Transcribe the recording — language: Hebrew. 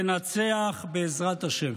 לנצח, בעזרת השם.